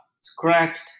scratched